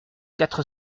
quatre